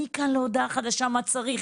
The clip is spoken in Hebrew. מכאן ועד להודעה חדשה מה צריך.